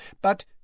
but